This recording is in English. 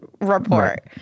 report